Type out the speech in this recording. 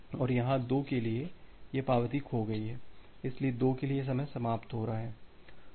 और यहाँ 2 के लिए यह पावती खो गई इसलिए 2 के लिए यह समय समाप्त हो रहा है